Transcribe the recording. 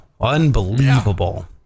Unbelievable